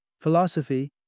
Philosophy